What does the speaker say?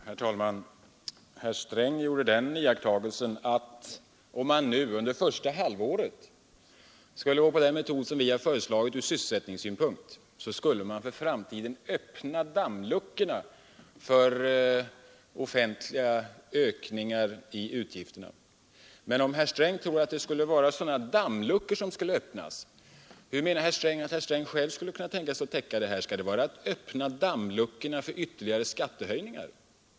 Herr talman! Herr Sträng gjorde den reflexionen att om man nu under första halvåret skulle tillämpa den metod vi har föreslagit ur sysselsättningssynpunkt, så skulle man för framtiden öppna dammluckorna för ökningar av de offentliga utgifterna. Men om herr Sträng tror att det är sådana dammluckor som skulle öppnas, hur tänker sig herr Sträng då att själv täcka de utgifterna? Är det här att öppna dammluckorna för ytterligare skattehöjningar?